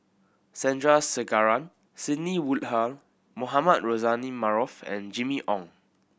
Sandrasegaran Sidney Woodhull Mohamed Rozani Maarof and Jimmy Ong